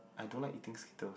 I don't like eating Skittles